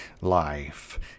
life